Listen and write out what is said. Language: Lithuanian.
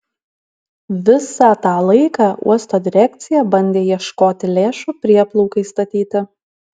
visą tą laiką uosto direkcija bandė ieškoti lėšų prieplaukai statyti